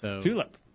TULIP